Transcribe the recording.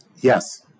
Yes